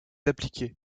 appliqué